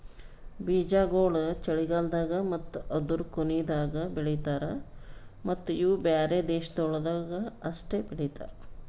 ಬೀಜಾಗೋಳ್ ಚಳಿಗಾಲ್ದಾಗ್ ಮತ್ತ ಅದೂರು ಕೊನಿದಾಗ್ ಬೆಳಿತಾರ್ ಮತ್ತ ಇವು ಬ್ಯಾರೆ ದೇಶಗೊಳ್ದಾಗ್ ಅಷ್ಟೆ ಬೆಳಿತಾರ್